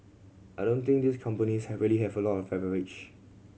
I don't think these companies have really have a lot of